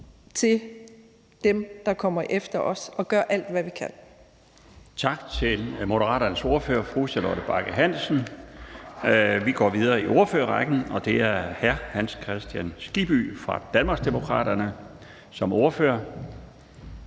til dem, der kommer efter os, og gøre alt, hvad vi kan,